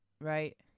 right